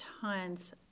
tons